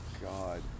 God